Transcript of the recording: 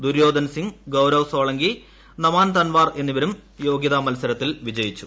ദുര്യോധൻ സിങ് ഗൌരവ് സോളങ്കി നമാൻ തൻവാർ എന്നിവരും യോഗ്യതാ മൽസരത്തിൽ വിജയിച്ചു